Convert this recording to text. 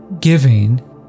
giving